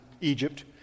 egypt